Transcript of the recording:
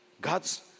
God's